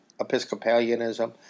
Episcopalianism